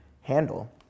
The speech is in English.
handle